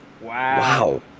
Wow